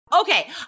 Okay